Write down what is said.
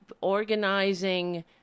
organizing